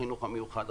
החינוך המיוחד,